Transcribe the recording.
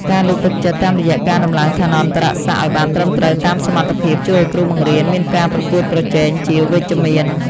ការលើកទឹកចិត្តតាមរយៈការដំឡើងឋានន្តរស័ក្តិឱ្យបានត្រឹមត្រូវតាមសមត្ថភាពជួយឱ្យគ្រូបង្រៀនមានការប្រកួតប្រជែងជាវិជ្ជមាន។